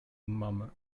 mamę